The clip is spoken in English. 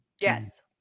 Yes